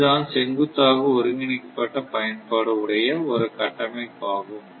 இதுதான் செங்குத்தாக ஒருங்கிணைக்கப்பட்ட பயன்பாடு உடைய ஒரு கட்டமைப்பாகும்